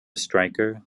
striker